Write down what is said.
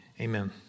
Amen